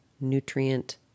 nutrient